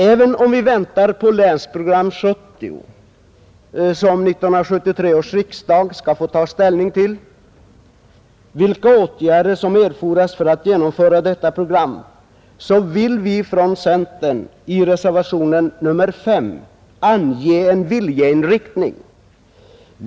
Även om vi väntar på Länsprogram 70, som 1973 års riksdag skall få ta ställning till även när det gäller vilka åtgärder som erfordras för att genomföra detta program, vill vi från centern i reservationen 5 ange en viljeinriktning.